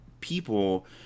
people